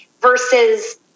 versus